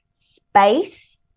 space